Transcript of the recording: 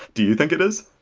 do you think it is?